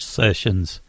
sessions